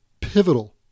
pivotal